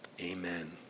Amen